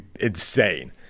insane